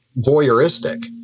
voyeuristic